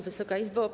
Wysoka Izbo!